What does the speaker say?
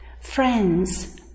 Friends